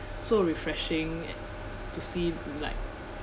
so refreshing to see like